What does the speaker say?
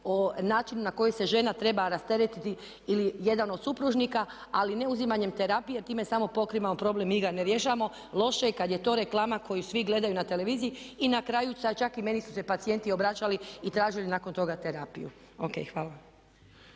o načinu na koji se žena treba rasteretiti ili jedan od supružnika ali ne uzimanjem terapije jer time samo pokrivamo problem, mi ga ne rješavamo. Loše je kad je to reklama koju svi gledaju na televiziji. Na kraju meni su se čak i pacijenti obraćali i tražili nakon toga terapiju. Ok, hvala.